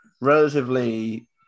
relatively